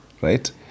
Right